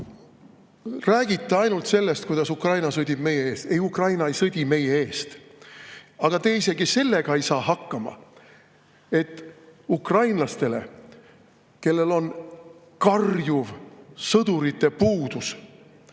vajadusi. Räägite ainult sellest, kuidas Ukraina sõdib meie eest. Ei, Ukraina ei sõdi meie eest. Aga te ei saa isegi sellega hakkama, et anda ukrainlastele, kellel on karjuv sõdurite puudus,